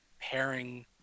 pairing